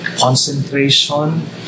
concentration